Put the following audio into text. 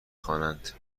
خوانند